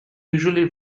usually